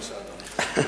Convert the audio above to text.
בבקשה, אדוני.